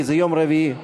כי זה יום רביעי.